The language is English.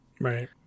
Right